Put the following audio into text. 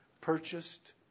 Purchased